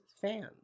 fans